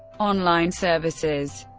online services